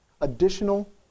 additional